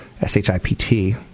S-H-I-P-T